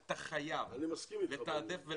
אתה חייב לתקצב ולתעדף,